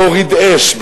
הוא לא הוריד אש,